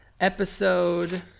episode